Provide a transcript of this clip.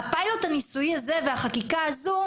הפיילוט הניסויי הזה והחקיקה הזו,